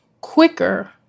quicker